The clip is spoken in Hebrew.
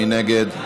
מי נגד?